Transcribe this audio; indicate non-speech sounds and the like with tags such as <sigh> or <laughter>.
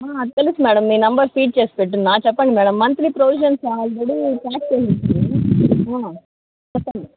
అది తెలుసు మ్యాడం మీ నెంబర్ ఫీడ్ చేసి పెట్టున్న చెప్పండి madam monthly provision already start <unintelligible> చెప్పండి